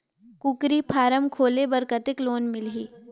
कूकरी फारम खोले बर कतेक लोन मिलही?